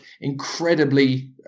incredibly